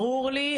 ברור לי.